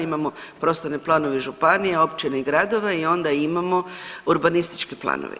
Imamo prostorne planove županija, općina i gradova i onda imamo urbanističke planove.